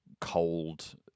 cold